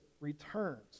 returns